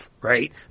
right